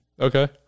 okay